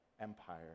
Empire